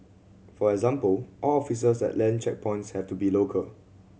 for example all officers at land checkpoints have to be local